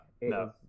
no